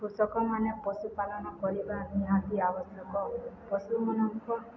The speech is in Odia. କୃଷକମାନେ ପଶୁପାଳନ କରିବା ନିହାତି ଆବଶ୍ୟକ ପଶୁମାନଙ୍କ